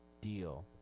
deal